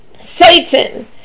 Satan